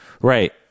Right